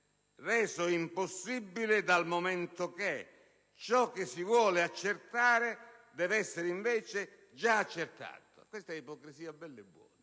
reso impossibile dal momento che ciò che si vuole accertare deve essere invece già accertato. Questa è ipocrisia bella e buona.